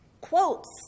quotes